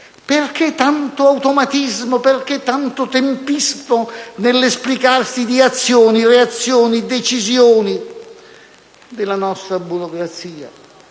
della Polizia - e perché tanto tempismo nell'esplicarsi di azioni, reazioni e decisioni della nostra burocrazia?